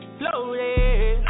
floating